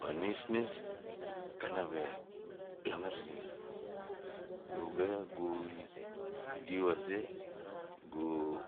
Ma nis, kana we langar zina. Nu be giu giu a ze, gu.